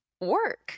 work